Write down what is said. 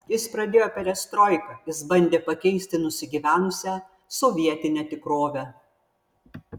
jis pradėjo perestroiką jis bandė pakeisti nusigyvenusią sovietinę tikrovę